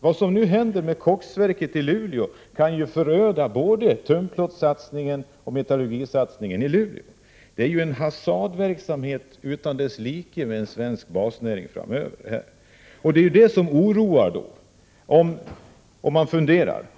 Vad som nu händer med koksverket i Luleå kan vara förödande för både tunnplåtssatsningen och metallurgisatsningen där. Det är en hasardverksamhet utan like med en svensk basnäring, och det är oroande.